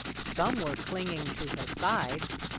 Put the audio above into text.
some were clinging to her sides,